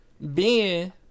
Ben